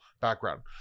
background